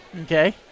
Okay